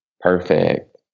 Perfect